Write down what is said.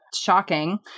Shocking